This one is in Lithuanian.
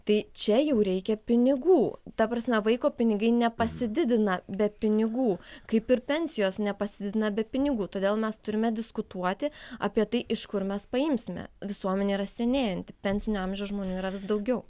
tai čia jau reikia pinigų ta prasme vaiko pinigai nepasididina be pinigų kaip ir pensijos nepasididina be pinigų todėl mes turime diskutuoti apie tai iš kur mes paimsime visuomenė yra senėjanti pensinio amžiaus žmonių yra vis daugiau